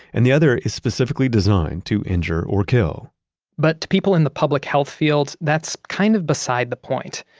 and the other is specifically designed to injure or kill but to people in the public health field, that's kind of beside the point.